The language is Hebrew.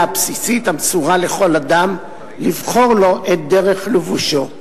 הבסיסית המסורה לכל אדם לבחור לו את דרך לבושו.